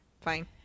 fine